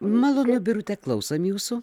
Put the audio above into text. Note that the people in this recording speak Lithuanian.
malonu birute klausom jūsų